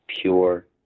pure